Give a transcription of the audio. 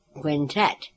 Quintet